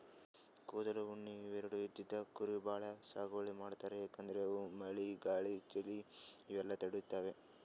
ಕೂದಲ್, ಉಣ್ಣಿ ಇವೆರಡು ಇದ್ದಿದ್ ಕುರಿ ಭಾಳ್ ಸಾಗುವಳಿ ಮಾಡ್ತರ್ ಯಾಕಂದ್ರ ಅವು ಮಳಿ ಗಾಳಿ ಚಳಿ ಇವೆಲ್ಲ ತಡ್ಕೊತಾವ್